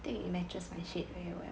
it matches my shade very well